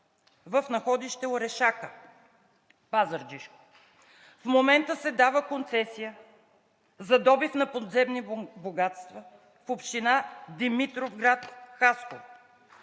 в находище „Орешака“ – Пазарджишко; в момента се дава концесия за добив на подземни богатства в община Димитровград, Хасково;